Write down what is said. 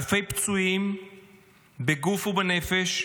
אלפי פצועים בגוף ובנפש,